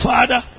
Father